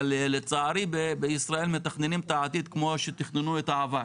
לצערי בישראל מתכננים את העתיד כמו שתכננו את העבר.